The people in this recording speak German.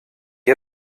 ihr